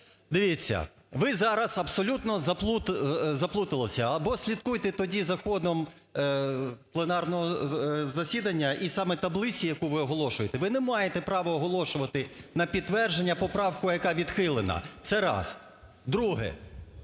Дивіться, ви зараз абсолютно заплуталися. Або слідкуйте тоді за ходом пленарного засідання і саме таблиці, яку ви оголошуєте. Ви не маєте права оголошувати на підтвердження поправку, яка відхилена, це раз. Друге,